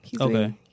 Okay